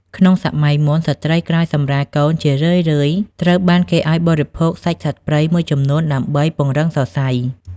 ក្នុងសម័យមុន ស្ត្រីក្រោយសម្រាលកូនជារឿយៗត្រូវបានគេឱ្យបរិភោគសាច់សត្វព្រៃមួយចំនួនដើម្បី "ពង្រឹងសរសៃ"។